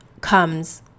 comes